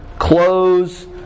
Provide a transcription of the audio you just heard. Clothes